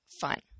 fun